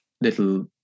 little